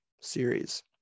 series